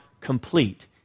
complete